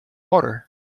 water